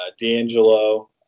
D'Angelo